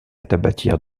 tabatière